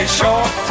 short